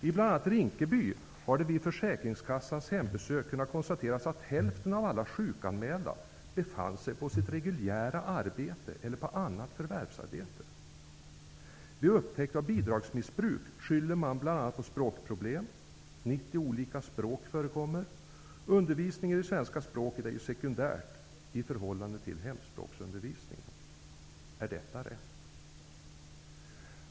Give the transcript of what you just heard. I bl.a. Rinkeby har det vid försäkringskassans hembesök kunnat konstateras att hälften av alla sjukanmälda befann sig på sina reguljära arbeten eller på andra förvärvsarbeten. Vid upptäckt av bidragsmissbruk skyller man bl.a. på språkproblem. 90 olika språk förekommer. Undervisningen i det svenska språket är ju sekundär i förhållande till hemspråksundervisningen. Är detta rätt?